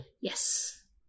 Yes